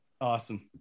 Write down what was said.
Awesome